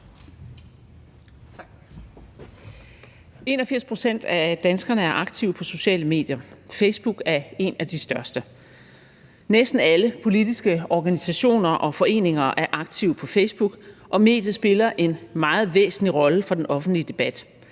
81 pct. af danskerne er aktive på sociale medier. Facebook er et af de største. Næsten alle politiske organisationer og foreninger er aktive på Facebook, og mediet spiller en meget væsentlig rolle for den offentlige debat.